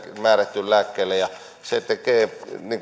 määrätyille lääkkeille se tekee